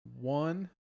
One